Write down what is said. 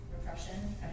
repression